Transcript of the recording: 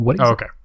Okay